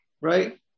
right